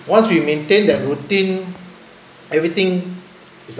once we maintain that routine everything is